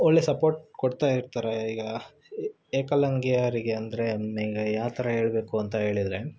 ಒಳ್ಳೆಯ ಸಪೋರ್ಟ್ ಕೊಡ್ತಾ ಇರ್ತಾರೆ ಈಗ ವಿಕಲಾಂಗಿಯರಿಗೆ ಅಂದರೆ ಈಗ ಯಾವ ಥರ ಹೇಳ್ಬೇಕು ಅಂತ ಹೇಳಿದರೆ